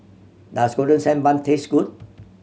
does Golden Sand Bun taste good